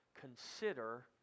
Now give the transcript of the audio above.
consider